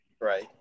Right